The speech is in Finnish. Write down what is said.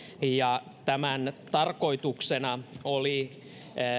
ja tämän tarkoituksena oli